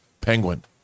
Penguin